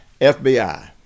FBI